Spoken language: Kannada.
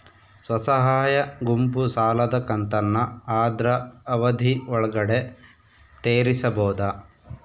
ಸ್ವಸಹಾಯ ಗುಂಪು ಸಾಲದ ಕಂತನ್ನ ಆದ್ರ ಅವಧಿ ಒಳ್ಗಡೆ ತೇರಿಸಬೋದ?